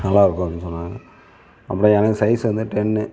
நல்லா இருக்கும் அப்படின்னு சொன்னாங்கள் அப்புறம் எனக்கு சைஸ் வந்து டென்னு